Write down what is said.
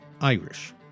Irish